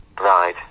Right